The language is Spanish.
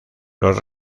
los